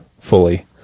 fully